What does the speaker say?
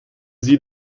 sie